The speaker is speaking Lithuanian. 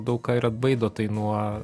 daug ką ir atbaido tai nuo